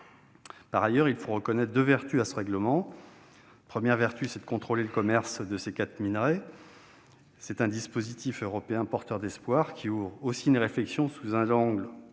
Par ailleurs, il faut reconnaître deux vertus à ce règlement. Sa première vertu est de contrôler le commerce de ces quatre minerais. C'est un dispositif européen porteur d'espoir, qui ouvre aussi une réflexion, sous un angle